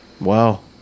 Wow